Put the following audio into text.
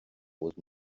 old